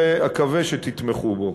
ואקווה שתתמכו בו.